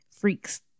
freaks